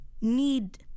need